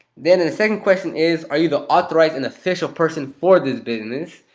then in the second question is are you the authorized and official person for this business?